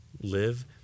Live